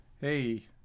hey